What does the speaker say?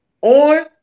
on